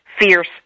Fierce